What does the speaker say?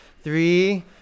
three